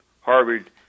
Harvard